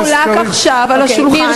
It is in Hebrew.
שחולק עכשיו, היום, על השולחן.